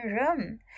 room